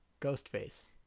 Ghostface